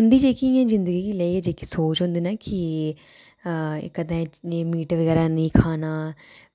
उंदी जेह्की इ'यां जिंदगी गी लेइयै जेह्की सोच होंदी ना कि कदें एह् मीट बगैरा निं खाना